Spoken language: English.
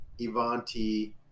Ivanti